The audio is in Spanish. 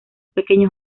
pequeño